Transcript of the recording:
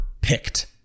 picked